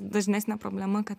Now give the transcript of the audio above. dažnesnė problema kad